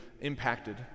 impacted